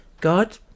God